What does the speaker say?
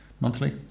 monthly